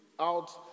out